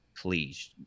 please